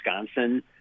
Wisconsin